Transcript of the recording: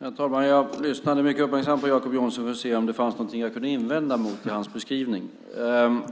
Herr talman! Jag lyssnade mycket uppmärksamt på Jacob Johnson för att höra om det fanns något som jag kunde invända mot i hans beskrivning.